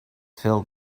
filled